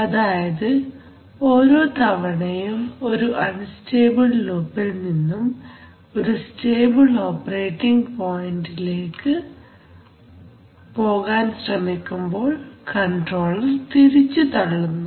അതായത് ഓരോ തവണയും ഒരു അൺസ്റ്റേബിൾ ലൂപിൽ നിന്നും ഒരു സ്റ്റേബിൾ ഓപ്പറേറ്റിംഗ് പോയന്റിലേക്ക് പോകാൻ ശ്രമിക്കുമ്പോൾ കൺട്രോളർ തിരിച്ചു തള്ളുന്നു